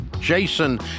Jason